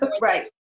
right